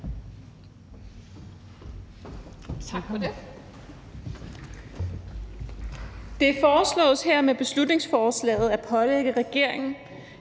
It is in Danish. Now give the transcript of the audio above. Tak for det.